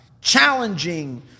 challenging